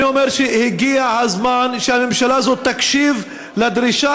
אני אומר שהגיע הזמן שהממשלה הזו תקשיב לדרישה